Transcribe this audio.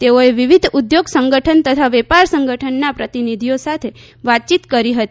તેઓએ વિવિધ ઉદ્યોગ સંગઠન તથા વેપાર સંગઠનના પ્રતિનિધિઓ સાથે વાતયીત કરી હતી